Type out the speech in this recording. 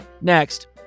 Next